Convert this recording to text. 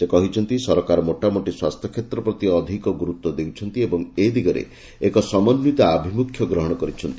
ସେ କହିଛନ୍ତି ସରକାର ମୋଟାମୋଟି ସ୍ୱାସ୍ଥ୍ୟକ୍ଷେତ୍ର ପ୍ରତି ଅଧିକ ଗୁରୁତ୍ୱ ଦେଉଛନ୍ତି ଓ ଏ ଦିଗରେ ଏକ ସମନ୍ୱିତ ଆଭିମୁଖ୍ୟ ଗ୍ରହଣ କରିଛନ୍ତି